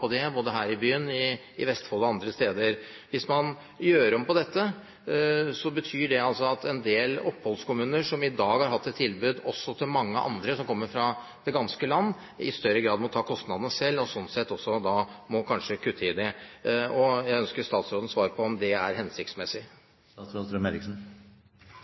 på det både her i byen, i Vestfold og andre steder. Hvis man gjør om på dette, betyr det at en del oppholdskommuner som i dag har hatt et tilbud, også til mange andre som kommer fra det ganske land, i større grad må ta kostnadene selv, og sånn sett også kanskje må kutte i dem. Jeg ønsker statsrådens svar på om det er hensiktsmessig.